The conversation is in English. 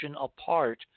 apart